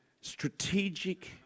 strategic